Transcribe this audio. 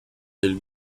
del